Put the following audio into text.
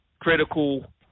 Critical